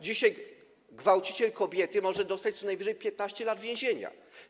Dzisiaj gwałciciel kobiety może dostać co najwyżej 15 lat więzienia.